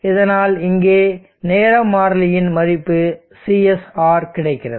இதனால் இங்கே நேர மாறிலியின் மதிப்பு CsR கிடைக்கிறது